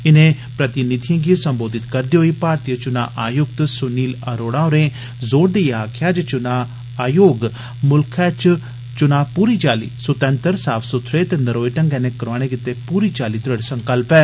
इनें प्रतिनिधियें गी सम्बोधित करदे होई भारतीय चुना आयुक्त स्नील अरोडा होरें जोर देइयै आक्खेया जे आयोग म्ल्खै च च्ना पूरी चाली सुतैंत्र साफ सुथरे ते नरोए ढंगै नै कराने गितै पूरी चाली दृढ़ संकल्प ऐ